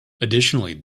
additionally